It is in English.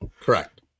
Correct